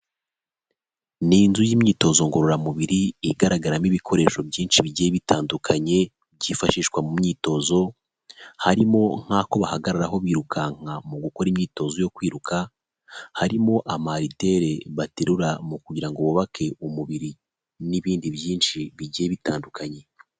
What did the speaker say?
Ni inzu y'imyitozo ngororamubiri, igaragaramo ibikoresho byinshi bigiye bitandukanye, byifashishwa mu myitozo, harimo nk'ako bahagararaho birukanka mu gukora imyitozo yo kwiruka, harimo amaritere baterura mu kugira ngo bubake umubiri, n'ibindi byinshi bigiye bitandukanye.